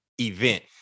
event